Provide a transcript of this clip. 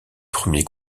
premier